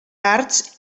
arts